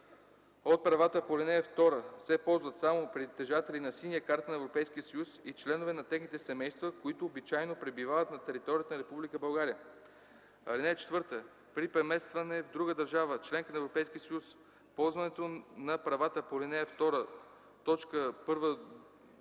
От правата по ал. 2 се ползват само притежатели на синя карта на ЕС и членове на техните семейства, които обичайно пребивават на територията на Република България. (4) При преместване в друга държава – членка на Европейския съюз, ползването на правата по ал. 2,